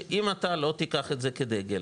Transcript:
שאם אתה לא תיקח את זה כדגל,